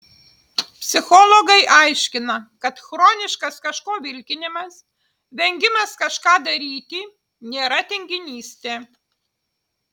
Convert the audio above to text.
psichologai aiškina kad chroniškas kažko vilkinimas vengimas kažką daryti nėra tinginystė